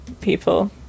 people